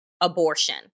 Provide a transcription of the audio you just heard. abortion